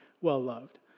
well-loved